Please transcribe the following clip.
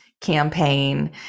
campaign